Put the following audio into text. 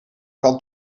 kan